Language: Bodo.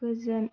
गोजोन